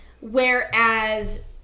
whereas